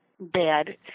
bad